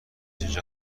اینجا